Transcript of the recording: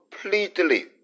completely